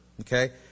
okay